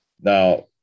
Now